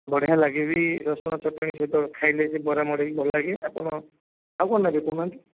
ବଢ଼ିଆ ଲାଗେ ବି ରସୁଣ ଚଟଣି ସହିତ ଖାଇଲେ ସେ ବରା ମଡ଼େଇକି ଭଲ ଲାଗେ ଆପଣ ଆଉ କ'ଣ ନେବେ କହୁନାହାନ୍ତି